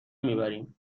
میبریم